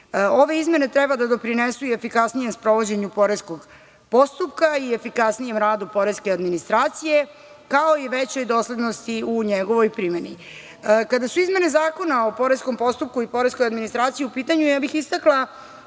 izmene treba da doprinesu i efikasnije sprovođenje poreskog postupka i efikasnijem radu poreske administracije, kao i većoj doslednosti u njegovoj primeni. Kada su izmene Zakona o poreskom postupku i poreskoj administraciji u pitanju, istakla